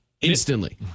instantly